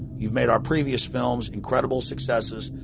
you've made our previous films incredible successes.